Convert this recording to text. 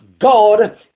God